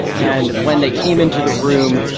and when they came into the room,